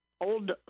old